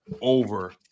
over